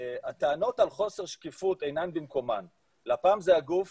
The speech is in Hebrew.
הטענות של חוסר שקיפות אינן במקומן, לפ"מ זה הגוף